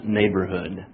Neighborhood